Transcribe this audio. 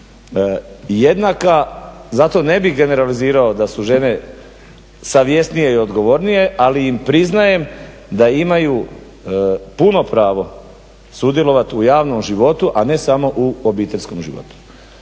jednaka zato ne bih generalizirao da su žene savjesnije i odgovornije, ali im priznajem da imaju puno pravo sudjelovat u javnom životu, a ne samo u obiteljskom životu.